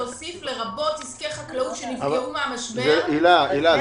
להוסיף לרבות עסקי חקלאות שנפגעו מהמשבר במסגרת